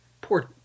Poor